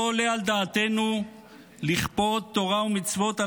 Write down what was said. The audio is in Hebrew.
לא עולה על דעתנו לכפות תורה ומצוות על